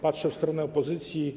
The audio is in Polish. Patrzę w stronę opozycji.